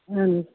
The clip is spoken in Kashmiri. اَہَن حظ